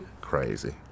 Crazy